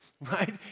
Right